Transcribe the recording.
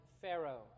Pharaoh